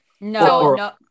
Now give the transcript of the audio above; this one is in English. no